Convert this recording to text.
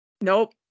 Nope